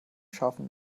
scharfen